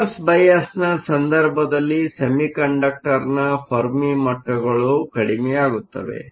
reverse ಬಯಾಸ್ನ ಸಂದರ್ಭದಲ್ಲಿ ಸೆಮಿಕಂಡಕ್ಟರ್ನ ಫೆರ್ಮಿ ಮಟ್ಟಗಳು ಕಡಿಮೆಯಾಗುತ್ತವೆ